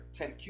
10Q